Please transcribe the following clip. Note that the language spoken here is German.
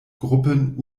gruppen